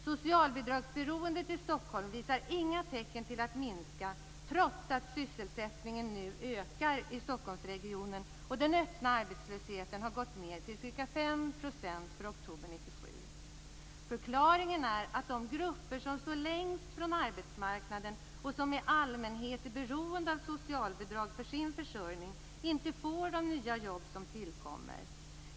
Socialbidragsberoendet i Stockholm visar inga tecken på att minska - trots att sysselsättningen nu ökar i Stockholmsregionen och att den öppna arbetslösheten har gått ned till ca 5 % för oktober 1997. Förklaringen är att de grupper som står längst ifrån arbetsmarknaden, och som i allmänhet är beroende av socialbidrag för sin försörjning, inte får de nya jobb som tillkommer.